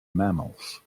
mammals